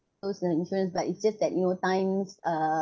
those uh insurance but it's just that you know times uh